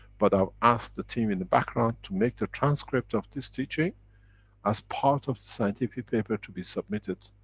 but i've asked the team in the background to make the transcript of this teaching as part of the scientific paper to be submitted.